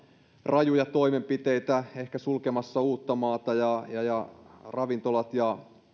rajuja toimenpiteitä ehkä sulkemassa uuttamaata ja ja ravintolat